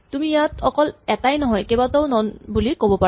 তুমি ইয়াত অকল এটাই নহয় কেইবাটাও নন আছে বুলি ক'ব পাৰা